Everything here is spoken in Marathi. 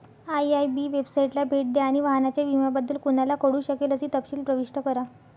आय.आय.बी वेबसाइटला भेट द्या आणि वाहनाच्या विम्याबद्दल कोणाला कळू शकेल असे तपशील प्रविष्ट करा